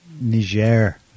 Niger